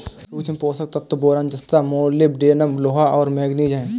सूक्ष्म पोषक तत्व बोरान जस्ता मोलिब्डेनम लोहा और मैंगनीज हैं